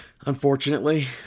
Unfortunately